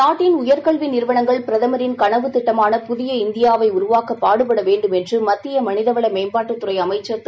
நாட்டின் உயர்கல்வி நிறுவனங்கள் பிரதமரின் கனவுத்திட்டமான புதிய இந்தியாவை உருவாக்க பாடுபட வேண்டும் என்று மத்திய மனித வன மேம்பாட்டுத் துறை அமைச்சர் திரு